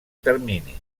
termini